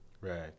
right